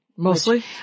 Mostly